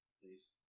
Please